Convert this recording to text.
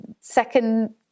second